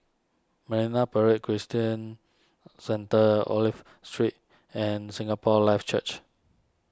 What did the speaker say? Marine Parade Christian Centre Olive Street and Singapore Life Church